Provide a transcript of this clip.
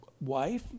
wife